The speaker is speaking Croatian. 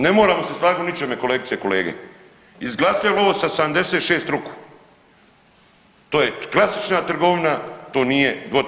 Ne moramo se slagat u ničemu kolegice i kolege, izglasali ovo sa 76 ruku to je klasična trgovina to nije 2/